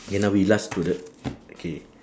ya lah we last correct okay